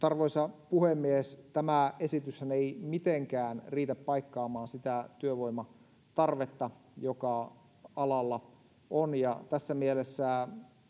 arvoisa puhemies tämä esityshän ei mitenkään riitä paikkaamaan sitä työvoimatarvetta joka alalla on tässä mielessä